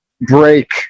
break